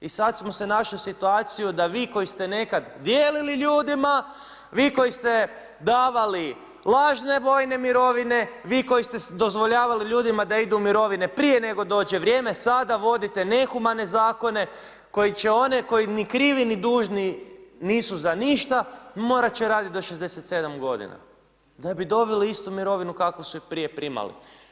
I sada smo se našli u situaciji da vi koji ste nekad dijelili ljudima, vi koji ste davali lažne vojne mirovine, vi koji ste dozvoljavali ljudima da idu u mirovine prije nego dođe vrijeme, sada vodite nehumane zakone koji će oni koji ni krivi ni dužni nisu za ništa morati će raditi do 67 godina da bi dobili istu mirovinu kakvu su i prije primali.